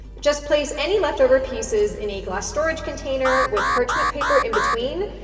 just place any leftover pieces in a glass storage container with parchment paper in between,